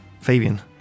Fabian